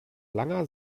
langer